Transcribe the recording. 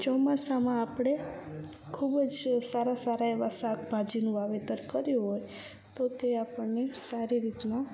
ચોમાસામાં આપણે ખૂબ જ સારા સારા એવાં શાકભાજીનું વાવેતર કર્યું હોય તો તે આપણને એ સારી રીતના